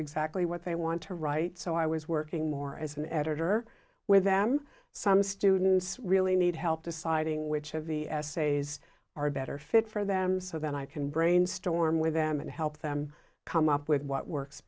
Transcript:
exactly what they want to write so i was working more as an editor with them some students really need help deciding which of the essays are better fit for them so that i can brainstorm with them and help them come up with what works